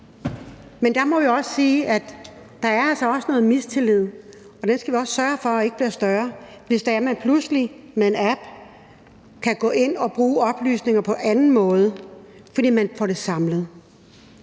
Men der må jeg også sige, at der altså er noget mistillid, og den skal vi også sørge for ikke bliver større, hvis man pludselig med en app kan gå ind at bruge oplysninger på en anden måde, fordi man får det samlet.